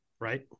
right